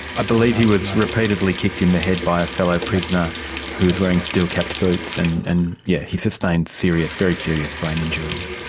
i believe he was repeatedly kicked in the head by a fellow prisoner who was wearing steel capped boots, and yes, and yeah he sustained serious, very serious brain injury.